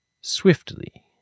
Swiftly